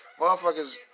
motherfuckers